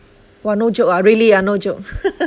!wah! no joke ah really ah no joke